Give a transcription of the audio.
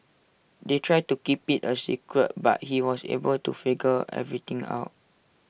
they tried to keep IT A secret but he was able to figure everything out